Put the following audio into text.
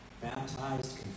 baptized